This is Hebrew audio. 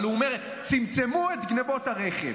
אבל הוא אמר: צמצמו את גנבות הרכב.